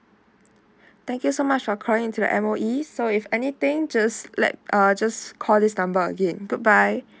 thank you so much for calling in to the M_O_E so if anything just let uh just call this number again goodbye